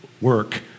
work